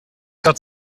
got